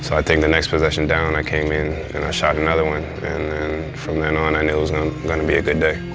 so i think the next possession down, i came in and shot another one, and from then on i knew it was um gonna be a good day.